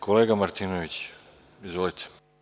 Kolega Martinoviću, izvolite.